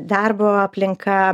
darbo aplinka